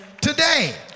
today